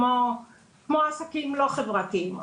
כמו עסקים לא חברתיים,